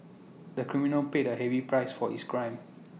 the criminal paid A heavy price for his crime